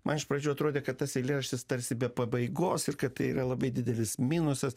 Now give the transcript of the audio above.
man iš pradžių atrodė kad tas eilėraštis tarsi be pabaigos ir kad tai yra labai didelis minusas